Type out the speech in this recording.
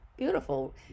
beautiful